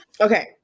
Okay